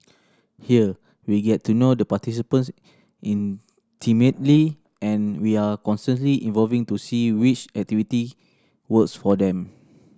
here we get to know the participants intimately and we are constantly evolving to see which activity works for them